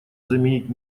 заменить